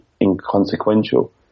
inconsequential